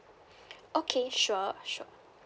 okay sure sure